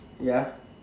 ya